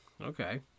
Okay